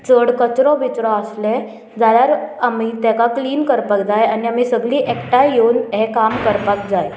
चड कचरो बिचरो आसले जाल्यार आमी ताका क्लीन करपाक जाय आनी आमी सगळीं एकठांय येवन हें काम करपाक जाय